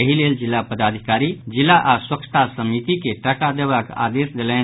एहि लेल जिला पदाधिकारी जिला आओर स्वच्छता समिति के टाका देबाक आदेश देलनि